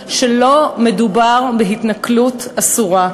ההוכחה שלא מדובר בהתנכלות אסורה.